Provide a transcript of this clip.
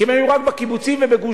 כי הם היו רק בקיבוצים ובגוש-דן.